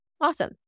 Awesome